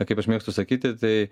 kaip aš mėgstu sakyti tai